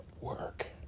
work